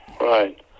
right